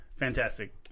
Fantastic